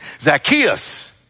Zacchaeus